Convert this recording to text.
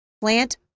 plant